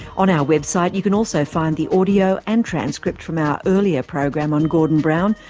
on our website, you can also find the audio and transcript from our earlier program on gordon brown,